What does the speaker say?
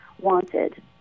wanted